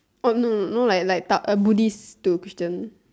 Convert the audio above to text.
oh no no no know like like tao~ uh buddhist to christian